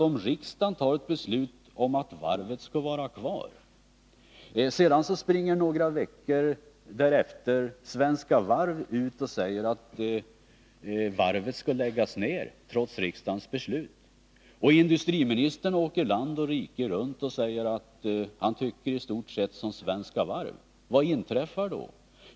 Om riksdagen tar ett beslut om att varvet skall vara kvar och Svenska Varv några veckor därefter springer ut och säger att varvet trots riksdagens beslut skall läggas ned och industriministern åker land och rike runt och säger att han i stort sett tycker som Svenska Varv — vad inträffar då?